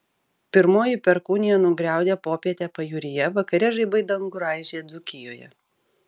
pirmoji perkūnija nugriaudė popietę pajūryje vakare žaibai dangų raižė dzūkijoje